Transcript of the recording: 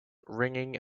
ringing